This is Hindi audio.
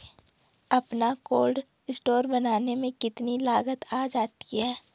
अपना कोल्ड स्टोर बनाने में कितनी लागत आ जाती है?